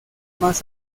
más